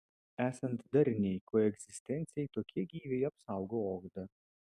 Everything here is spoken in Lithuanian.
esant darniai koegzistencijai tokie gyviai apsaugo odą